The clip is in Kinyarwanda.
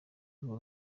urwo